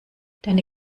deine